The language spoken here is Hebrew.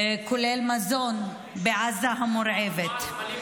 כולל מזון, בעזה המורעבת, היה מעל הגג.